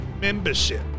membership